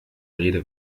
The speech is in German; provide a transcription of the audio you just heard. rede